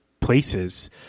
Places